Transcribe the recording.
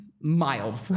Mild